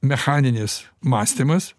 mechaninis mąstymas